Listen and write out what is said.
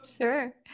Sure